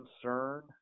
concern